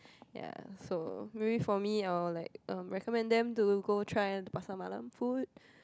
ya so maybe for me I will like um recommend them to go try pasar malam food